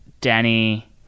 Danny